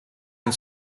and